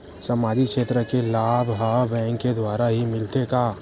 सामाजिक क्षेत्र के लाभ हा बैंक के द्वारा ही मिलथे का?